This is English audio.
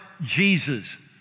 Jesus